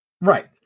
Right